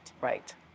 Right